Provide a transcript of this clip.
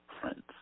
friends